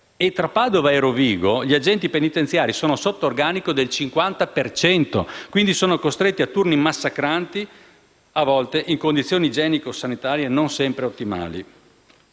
e tra Padova e Rovigo gli agenti penitenziari sono sotto organico del 50 per cento e quindi sono costretti a turni massacranti, a volte in condizioni igienico-sanitarie non sempre ottimali.